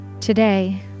Today